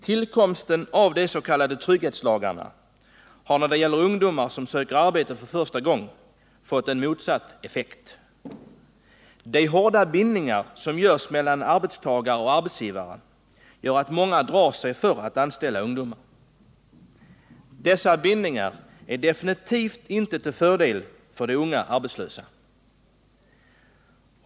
Tillkomsten av de s.k. trygghetslagarna har när det gäller ungdomar som söker arbete för första gången fått en effekt motsatt den avsedda. De hårda bindningar som görs mellan arbetstagare och arbetsgivare medför att många drar sig för att anställa ungdomar. Dessa bindningar är definitivt inte till fördel för de unga arbetslösa.